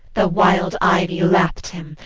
the wild ivy lapt him,